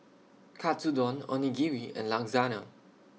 Katsudon Onigiri and Lasagna